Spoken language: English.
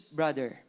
brother